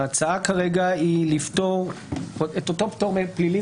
ההצעה כרגע היא את אותו פטור פלילי